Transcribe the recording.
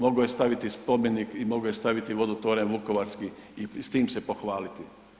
Mogao je staviti spomenik i mogao je staviti vodotoranj vukovarski i s tim se pohvaliti.